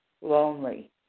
lonely